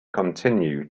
continue